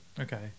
Okay